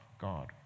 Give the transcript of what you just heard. God